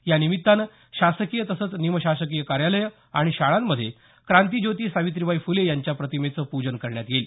यानिमित्तानं शासकीय तसंच निमशासकीय कार्यालयं आणि शाळांमध्ये क्रांतिज्योती सावित्रीबाई फुले यांच्या प्रतिमेचं पूजन करण्यात येईल